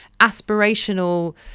aspirational